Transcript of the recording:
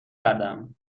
کردم